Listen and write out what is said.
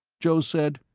joe said,